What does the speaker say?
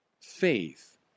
faith